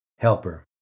Helper